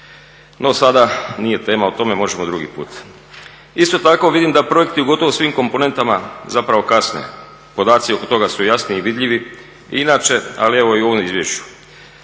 No, sada nije tema o tome, možemo drugi put. Isto tako vidim da projekti u gotovo svim komponentama zapravo kasne, podaci oko toga su jasni i vidljivi i inače, ali evo i u ovoj izvješću.